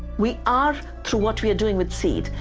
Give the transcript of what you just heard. we are, through what we are doing with seed,